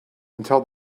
until